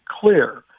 clear